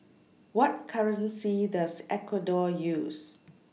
What currency Does Ecuador use